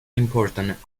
important